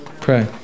Pray